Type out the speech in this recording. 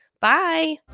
Bye